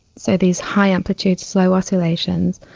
so these high-amplitude slow oscillations,